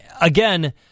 Again